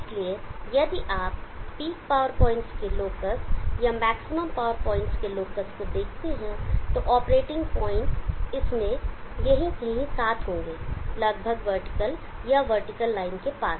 इसलिए यदि आप पीक पॉवर पॉइंट्स के लोकस या मैक्सिमम पॉवर पॉइंट्स के लोकस को देखते हैं तो ऑपरेटिंग पाइंट्स इसमें यही कहीं साथ होंगे लगभग वर्टिकल या वर्टिकल लाइन के पास